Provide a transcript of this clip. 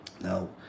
Now